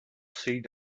seen